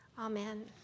Amen